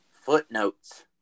footnotes